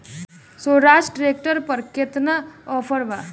सोहराज tractor पर केतना offer बा?